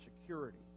security